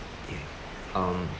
um